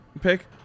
pick